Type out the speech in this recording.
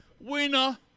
Winner